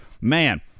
Man